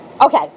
Okay